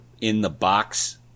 in-the-box